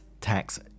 tax